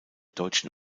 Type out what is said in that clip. deutschen